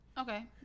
Okay